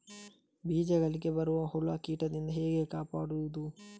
ಬೀಜಗಳಿಗೆ ಬರುವ ಹುಳ, ಕೀಟದಿಂದ ಹೇಗೆ ಕಾಪಾಡುವುದು?